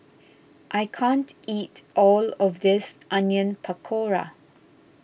I can't eat all of this Onion Pakora